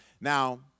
Now